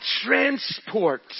transport